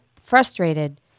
frustrated